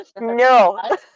No